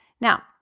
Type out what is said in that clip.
Now